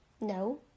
No